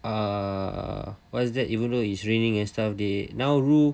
uh was that even though it's raining and stuff now roo